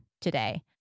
today